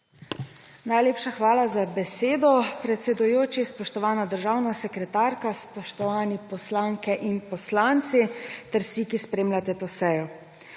Najlepša hvala za besedo, predsedujoči. Spoštovana državna sekretarka, spoštovani poslanke in poslanci ter vsi, ki spremljate to sejo!